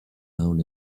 down